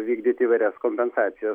vykdyti įvairias kompensacijas